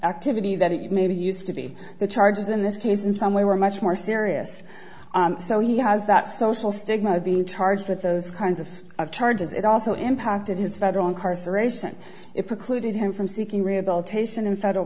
activity that it may be used to be the charges in this case in some way were much more serious so he has that social stigma of being charged with those kinds of charges it also impacted his federal incarceration it precluded him from seeking rehabilitation in federal